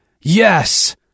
Yes